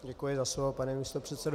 Děkuji za slovo, pane místopředsedo.